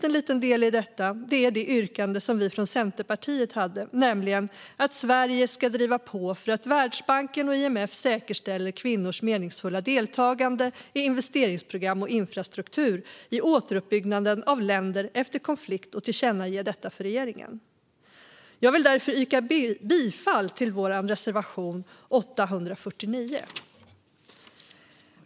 En liten del i detta är yrkandet från oss i Centerpartiet, nämligen att Sverige ska driva på för att se till att Världsbanken och IMF säkerställer kvinnors meningsfulla deltagande i investeringsprogram och infrastrukturprogram i återuppbyggnaden av länder efter konflikt. Detta vill Centerpartiet tillkännage för regeringen. Jag vill därför yrka bifall till vår reservation 2.